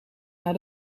naar